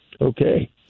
Okay